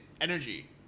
energy